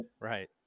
right